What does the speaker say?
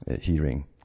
Hearing